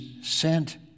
sent